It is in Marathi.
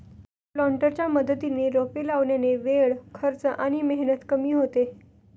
प्लांटरच्या मदतीने रोपे लावल्याने वेळ, खर्च आणि मेहनत कमी होते